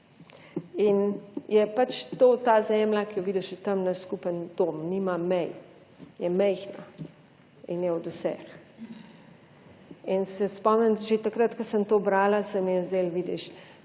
in je to ta zemlja, ki jo vidiš tam, naš skupni dom, nima mej Je majhna in je od vseh. In se spomnim, že takrat, ko sem to brala, se mi je zdelo, vidiš,